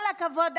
כל הכבוד,